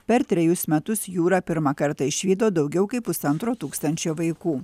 per trejus metus jūrą pirmą kartą išvydo daugiau kaip pusantro tūkstančio vaikų